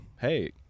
hey